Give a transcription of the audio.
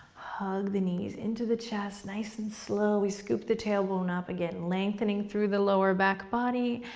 hug the knees into the chest nice and slow. we scoop the tailbone up again, lengthening through the lower back body,